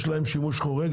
יש להם שימוש חורג?